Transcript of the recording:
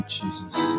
Jesus